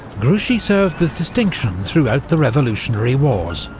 grouchy served with distinction throughout the revolutionary wars,